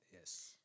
Yes